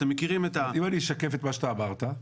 אם אני אשקף את מה שאמרת,